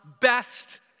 best